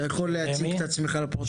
אתה יכול להציג את עצמך לפרוטוקול?